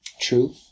True